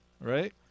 Right